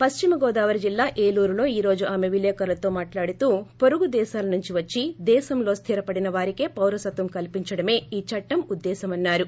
పశ్చిమగోదావరి జిల్లా ఏలూరులో ఈ రోజు ఆమె విలేకరులతో మాట్లాడుతూ పోరుగు దేశాలనుంచి వచ్చి దేశంలో స్థిర పడిన వారికి పౌరసత్వం కల్పిండమే ఈ చట్ట ఉద్దేశమని అన్నారు